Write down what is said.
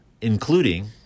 including